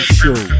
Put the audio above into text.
show